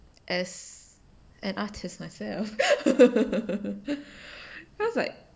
as an artist myself cause like